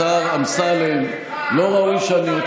השר אקוניס, תודה רבה.